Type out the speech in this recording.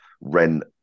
rent